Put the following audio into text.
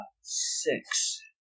six